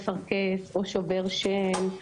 או שובר שן,